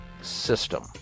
system